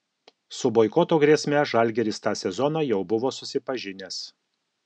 su boikoto grėsme žalgiris tą sezoną jau buvo susipažinęs